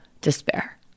despair